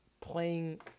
playing